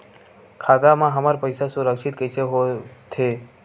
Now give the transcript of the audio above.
खाता मा हमर पईसा सुरक्षित कइसे हो थे?